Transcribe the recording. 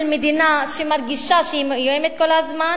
מדינה שמרגישה שהיא מאוימת כל הזמן?